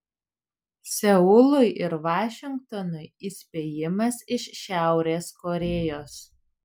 seului ir vašingtonui įspėjimas iš šiaurės korėjos